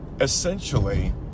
essentially